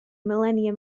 millennium